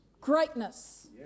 Greatness